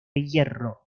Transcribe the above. hierro